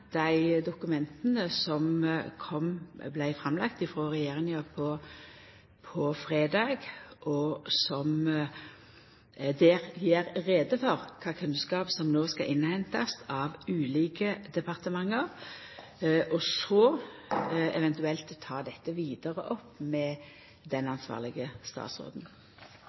dei dokumenta som vart lagde fram av regjeringa på fredag, som gjer greie for kva kunnskap som no skal innhentast av ulike departement, og så eventuelt ta dette vidare opp med den ansvarlege statsråden.